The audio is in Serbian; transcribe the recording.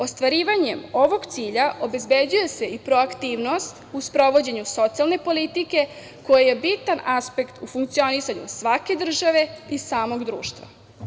Ostvarivanjem ovog cilja obezbeđuje se i proaktivnost u sprovođenju socijalne politike koja je bitan aspekt u funkcinisanju svake države i samog društva.